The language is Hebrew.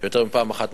יותר מפעם אחת,